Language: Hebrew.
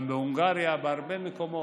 גם בהונגריה, בהרבה מקומות.